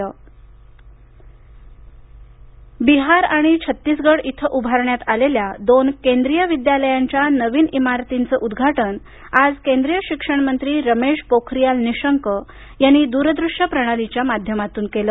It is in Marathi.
रमेश पोखरीयाल निशंक बिहार आणि छत्तीसगड इथं उभारण्यात आलेल्या दोन केंद्रीय विद्यालयांच्या नवीन इमारतींचं उद्घाटन आज केंद्रीय शिक्षण मंत्री रमेश पोखरियाल निशंक यांनी द्रदृश्य प्रणालीच्या माध्यमातून केलं